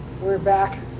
we're back.